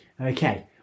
Okay